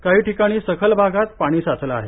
काही ठिकाणी सखल भागात पाणी साचलं आहे